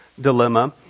dilemma